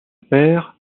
père